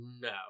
No